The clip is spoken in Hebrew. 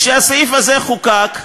כשהסעיף הזה חוקק,